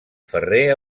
ferrer